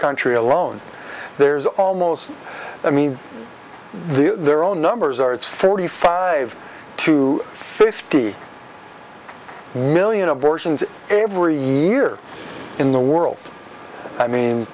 country alone there's almost i mean the their own numbers are it's forty five to fifty million abortions every year in the world i mean